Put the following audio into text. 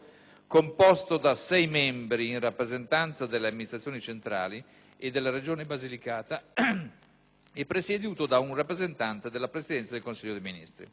composto da sei membri in rappresentanza delle amministrazioni centrali e della Regione Basilicata e presieduto da un rappresentante della Presidenza del Consiglio dei ministri.